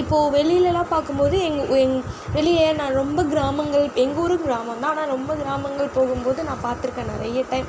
இப்போது வெளியிலேலான் பார்க்கும் போது எங் எங் வெளியே நான் ரொம்ப கிராமங்கள் எங்கூர் கிராமந்தான் ஆனால் ரொம்ப கிராமங்கள் போகும் போது நான் பார்த்துருக்கேன் நிறைய டைம்